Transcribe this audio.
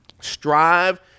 strive